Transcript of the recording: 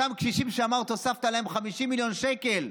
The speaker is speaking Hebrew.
אותם קשישים שאמרת שהוספת להם 50 מיליון שקל,